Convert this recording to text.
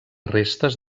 restes